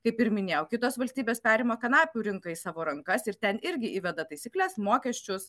kaip ir minėjau kitos valstybės perimą kanapių rinka į savo rankas ir ten irgi įveda taisykles mokesčius